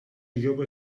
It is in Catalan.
jove